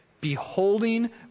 beholding